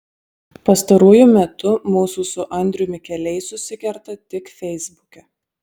pastaruoju metu mūsų su andriumi keliai susikerta tik feisbuke